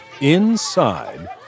Inside